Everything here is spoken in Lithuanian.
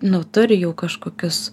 nu turi jau kažkokius